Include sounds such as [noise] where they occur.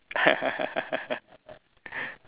[laughs]